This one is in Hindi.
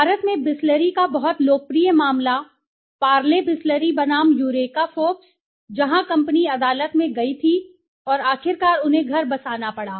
भारत में बिसलेरी का बहुत लोकप्रिय मामला पारले बिसलेरी बनाम यूरेका फ़ोर्ब्स जहाँ कंपनी अदालत में गई थी और आखिरकार उन्हें घर बसाना पड़ा